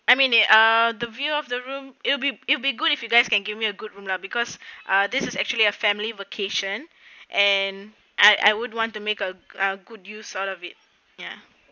I mean it ah the view of the room it'll be it'll be good if you guys can give me a good room lah because uh this is actually a family vacation and and I would want to make a a good use out of it ya